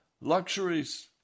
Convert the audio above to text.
luxuries